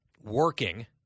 working